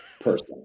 person